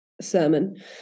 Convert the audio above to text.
sermon